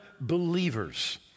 believers